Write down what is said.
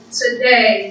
today